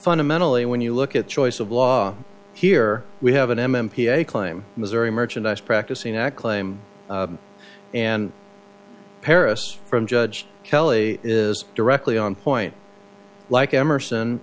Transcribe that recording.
fundamentally when you look at choice of law here we have an m m p a claim missouri merchandise practicing at claim and paris from judge kelly is directly on point like emerson